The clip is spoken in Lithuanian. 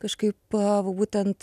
kažkaip va būtent